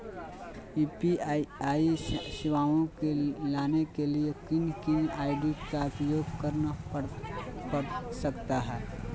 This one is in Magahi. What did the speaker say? यू.पी.आई सेवाएं को लाने के लिए किन किन आई.डी का उपयोग करना पड़ सकता है?